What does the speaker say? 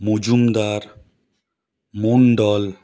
Majumdar Mondal